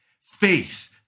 Faith